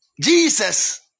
Jesus